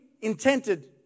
intended